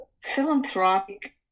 philanthropic